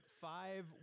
five